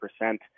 percent